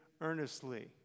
earnestly